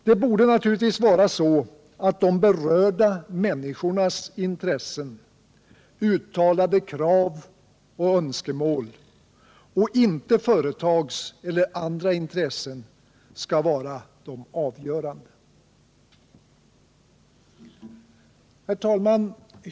Det borde naturligtvis vara så att de berörda människornas intressen, uttalade krav och önskemål skall vara de avgörande och inte företagsintressen eller andra intressen. Herr talman!